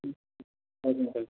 ம் ஓகேங்க சார்